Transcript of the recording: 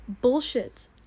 bullshit